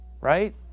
right